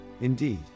indeed